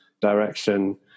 direction